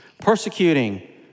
persecuting